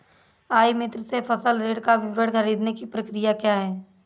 ई मित्र से फसल ऋण का विवरण ख़रीदने की प्रक्रिया क्या है?